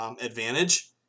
advantage